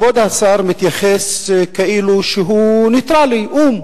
כבוד השר מתייחס כאילו שהוא נייטרלי, או"ם,